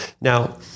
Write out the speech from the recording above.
now